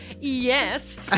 yes